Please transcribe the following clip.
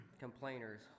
complainers